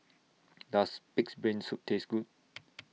Does Pig'S Brain Soup Taste Good